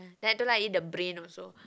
then I don't like eat the brain also